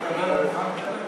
גברתי היושבת בראש, כנסת נכבדה,